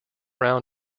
round